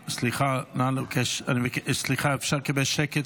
סליחה, סליחה, סליחה, אפשר לקבל שקט?